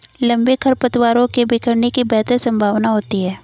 लंबे खरपतवारों के बिखरने की बेहतर संभावना होती है